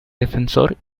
defensor